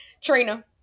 Trina